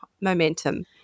momentum